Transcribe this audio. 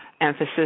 emphasis